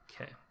Okay